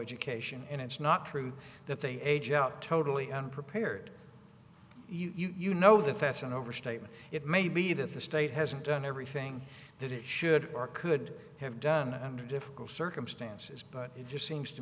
education and it's not true that they age out totally unprepared you know that that's an overstatement it may be that the state hasn't done everything that it should or could have done under difficult circumstances but it just seems to